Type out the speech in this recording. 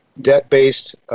debt-based